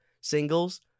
singles